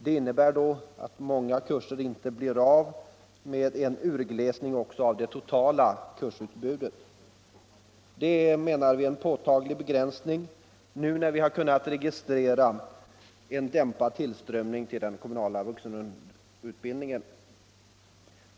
Det innebär att många kurser inte blir av, med en utglesning av det totala kursutbudet som följd. Detta är, menar vi, en påtaglig begränsning nu när vi kunnat registrera en dämpad tillströmning till den kommunala vuxenutbildningen.